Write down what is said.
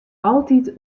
altyd